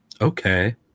Okay